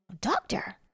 Doctor